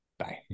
Bye